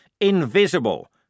invisible